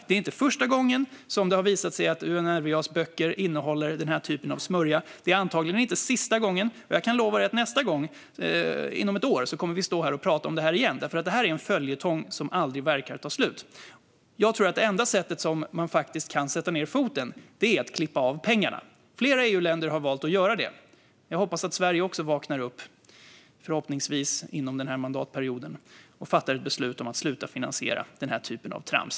Det är inte första gången det har visat sig att Unrwas böcker innehåller den här sortens smörja, och det är antagligen inte sista gången. Jag kan lova att vi inom ett år kommer att stå här och tala om det igen. Det är nämligen en följetong som aldrig verkar ta slut. Det enda sättet att sätta ned foten är att stoppa pengarna. Flera EU-länder har valt att göra det. Jag hoppas att Sverige också vaknar upp, förhoppningsvis under den här mandatperioden, och fattar beslut om att sluta finansiera den här typen av trams.